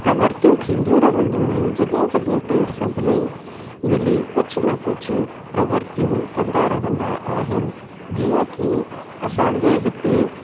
प्रवर्तियूं थींदियूं रहंदियूं आहिनि जॻह जॻह ते सभई मिली करे कुझु न कुझु प्रवर्तियूं कंदा रहंदा आहिनि जीअं की असांजे हिते